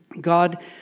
God